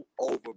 over